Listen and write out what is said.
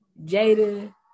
Jada